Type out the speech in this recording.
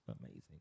amazing